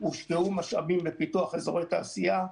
הושקעו משאבים בפיתוח אזורי תעשייה.